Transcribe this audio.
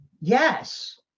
Yes